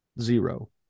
Zero